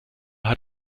hat